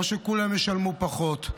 או שכולם ישלמו פחות,